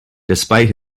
despite